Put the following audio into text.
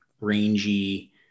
rangy